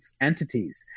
entities